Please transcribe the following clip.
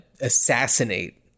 assassinate